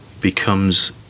becomes